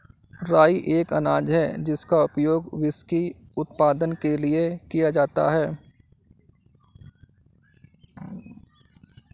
राई एक अनाज है जिसका उपयोग व्हिस्की उत्पादन के लिए किया जाता है